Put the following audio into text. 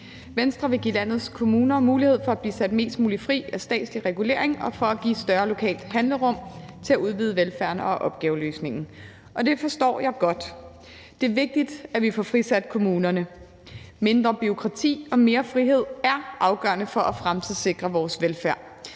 Venstre vil give landets kommuner mulighed for at blive sat mest muligt fri af statslig regulering for at give et større lokalt handlerum til at udvide velfærden og opgaveløsningen, og det forstår jeg godt. Det er vigtigt, at vi får frisat kommunerne. Mindre bureaukrati og mere frihed er afgørende for at fremtidssikre vores velfærd.